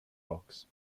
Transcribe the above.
box